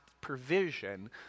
provision